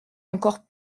encore